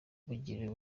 bugira